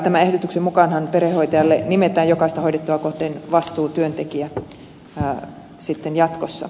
tämän ehdotuksen mukaanhan perhehoitajalle nimetään jokaista hoidettavaa kohden vastuutyöntekijä sitten jatkossa